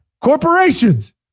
Corporations